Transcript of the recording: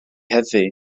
heddiw